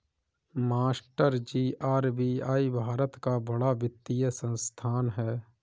मास्टरजी आर.बी.आई भारत का बड़ा वित्तीय संस्थान है